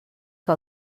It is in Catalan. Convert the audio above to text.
que